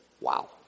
Wow